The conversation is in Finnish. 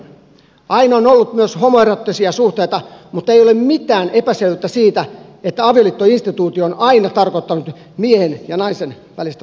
aina on ollut myös homoeroottisia suhteita mutta ei ole mitään epäselvyyttä siitä että avioliittoinstituutio on aina tarkoittanut miehen ja naisen välistä suhdetta